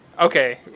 Okay